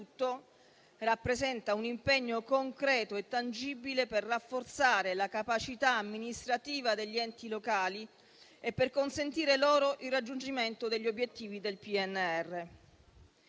rappresenta un impegno concreto e tangibile per rafforzare la capacità amministrativa degli enti locali e per consentire loro il raggiungimento degli obiettivi del PNRR.